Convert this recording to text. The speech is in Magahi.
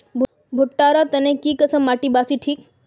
भुट्टा र तने की किसम माटी बासी ठिक?